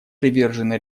привержены